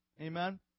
amen